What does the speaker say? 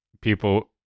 people